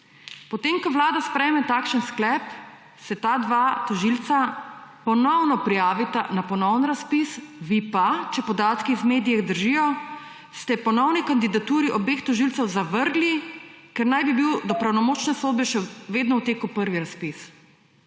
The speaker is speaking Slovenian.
Potem ko Vlada sprejme takšen sklep, se ta dva tožilca ponovno prijavita na ponoven razpis, vi pa ste, če podatki iz medijev držijo, ponovni kandidaturi obeh tožilcev zavrgli, ker naj bi bil do pravnomočne sodbe še vedno v teku prvi razpis.